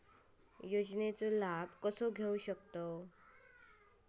योजनांचा लाभ कसा घेऊ शकतू?